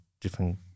different